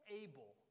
able